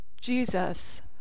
Jesus